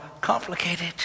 complicated